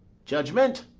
judgment!